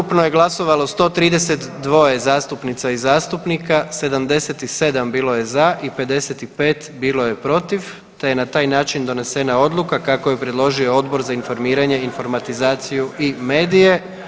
Ukupno je glasovalo 132 zastupnica i zastupnika, 77 bilo je za i 55 bilo je protiv te je na taj način donesena odluka kako je predložio Odbor za informiranje, informatizaciju i medije.